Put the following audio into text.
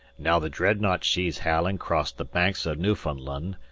now the dreadnought she's howlin' crost the banks o' newfoundland,